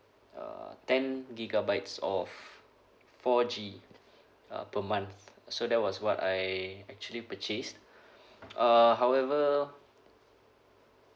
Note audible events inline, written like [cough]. uh ten gigabytes of four G uh per month so that was what I actually purchase [breath] uh however